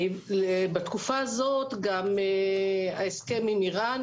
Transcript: בתקופה הזאת גם ההסכם עם איראן